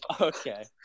Okay